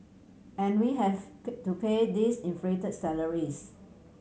and we have pay to pay these inflated salaries